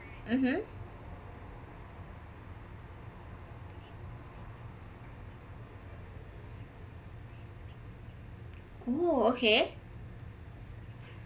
mmhmm oh okay